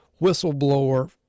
whistleblower